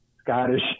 Scottish